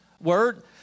word